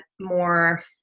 more